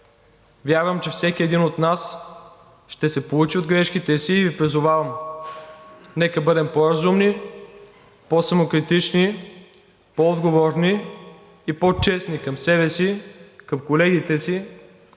Вярвам, че всеки един от нас ще се поучи от грешките си, и Ви призовавам: нека бъдем по-разумни, по-самокритични, по-отговорни и по-честни към себе си, към колегите си